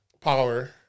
Power